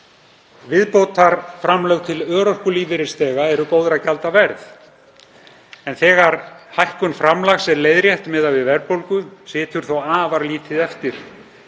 Viðbótarframlög til örorkulífeyrisþega eru góðra gjalda verð. Þegar hækkun framlags er leiðrétt miðað við verðbólgu situr þó afar lítið eftir,